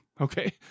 okay